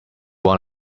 want